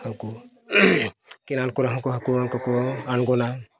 ᱦᱟᱹᱠᱩ ᱠᱮᱱᱮᱞ ᱠᱚᱨᱮ ᱦᱚᱸᱠᱚ ᱦᱟᱹᱠᱩ ᱠᱚᱦᱚᱸ ᱠᱚ ᱟᱬᱜᱚᱱᱟ